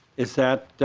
is that